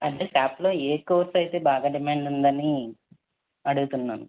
అంటే శాప్లో ఏ కోర్స్ అయితే బాగా డిమాండ్ ఉందని అడుగుతున్నాను